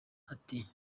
ati